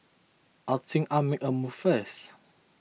I think I'll make a move first